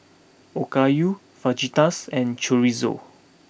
Okayu Fajitas and Chorizo